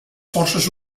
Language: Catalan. forces